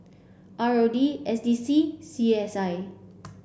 R O D S D C C S I